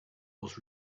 was